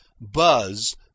Buzz